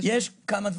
יש כאן כמה דברים.